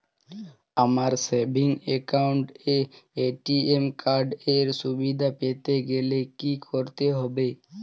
আমার savings account এ ATM card এর সুবিধা পেতে গেলে কি করতে হবে?